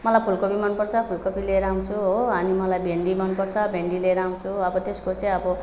मलाई फुलकोपी मनपर्छ फुलकोपी लिएर आउँछु हो अनि मलाई भिन्डी मनपर्छ भिन्डी लिएर आउँछु अब त्यसको चाहिँ अब